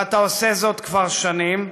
ואתה עושה זאת כבר שנים,